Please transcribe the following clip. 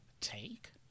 take